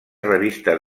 revistes